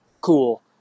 cool